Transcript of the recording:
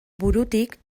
burutik